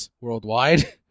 worldwide